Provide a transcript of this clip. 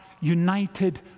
united